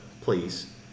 please